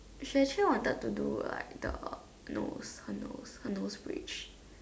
she actually wanted to do like the nose her nose her nose bridge